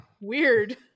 weird